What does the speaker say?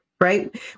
right